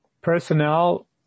personnel